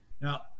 Now